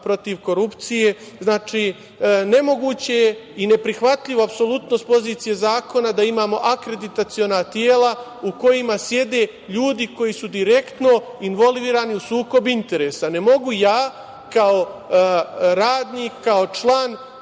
protiv korupcije, znači nemoguće je i neprihvatljivo apsolutno s pozicije zakona da imamo akreditaciona tela u kojima sede ljudi koji su direktno involvirani u sukob interesa. Ne mogu ja kao radnik, kao član,